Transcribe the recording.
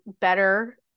better